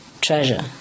treasure